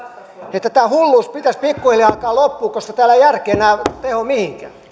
että tämän hulluuden pitäisi pikkuhiljaa alkaa loppua koska täällä ei järki enää tehoa mihinkään